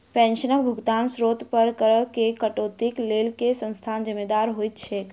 पेंशनक भुगतानक स्त्रोत पर करऽ केँ कटौतीक लेल केँ संस्था जिम्मेदार होइत छैक?